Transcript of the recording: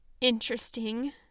interesting